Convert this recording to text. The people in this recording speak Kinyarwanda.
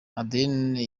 adeline